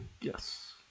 Yes